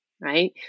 Right